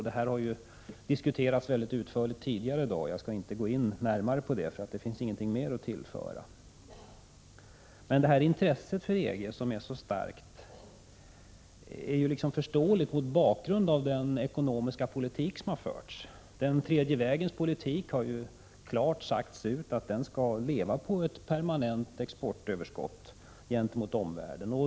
Detta har ju diskuterats mycket ingående tidigare i dag, och jag skall inte närmare gå in på det, eftersom det inte finns något mer att tillföra diskussionen. Det starka intresset för EG är förståeligt mot bakgrund av den ekonomiska politik som har förts. Det har ju klart sagts ut att den tredje vägens politik skall leva på ett permanent exportöverskott gentemot omvärlden.